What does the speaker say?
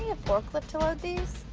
ah forklift to load these?